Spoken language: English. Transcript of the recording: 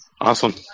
Awesome